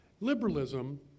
Liberalism